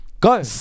Go